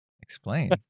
explain